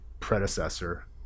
Predecessor